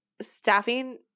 staffing